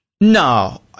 No